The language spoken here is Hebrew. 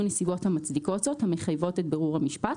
נסיבות המצדיקות זאת המחייבות את בירור המשפט,